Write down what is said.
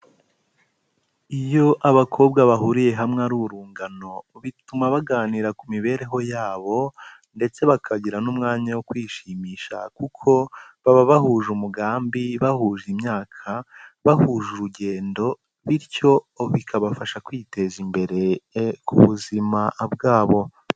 Iyo abakobwa bahuriye hamwe ari urungano bituma baganira ku mibereho yabo ndetse bakagira n'umwanya wo kwishimisha kuko baba bahuje umugambi, bahuje imyaka, bahuje urugendo bityo bikabafasha kwiteza imbere ku buzima bwabo.